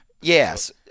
yes